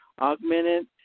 augmented